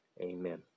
Amen